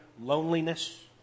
loneliness